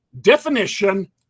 definition